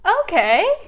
Okay